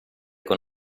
con